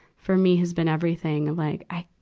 for me, has been everything. i'm like, i,